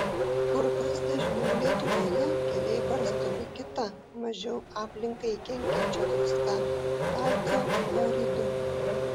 kur kas dažniau lietuvoje keliai barstomi kita mažiau aplinkai kenkiančia druska kalcio chloridu